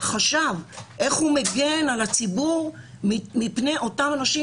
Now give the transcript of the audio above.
חשב איך הוא מגן על הציבור מפני אותם אנשים,